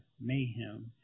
Mayhem